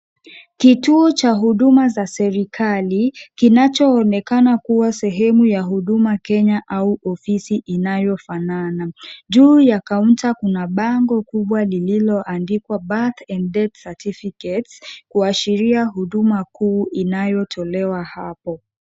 Kituo cha huduma za serikali kinachoonekana kuwa sehemu ya Huduma Kenya au ofisi inayofanana. Juu ya kaunta kuna bango kubwa lililoandikwa birth and death certificates kuashiria huduma kuu inayotolewa hapo.